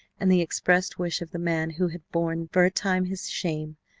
and the expressed wish of the man who had borne for a time his shame,